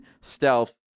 stealth